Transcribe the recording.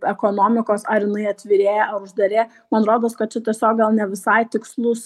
ekonomikos ar jinai atvirėja ar uždarėja man rodos kad čia tiesiog gal ne visai tikslus